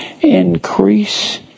increase